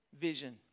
vision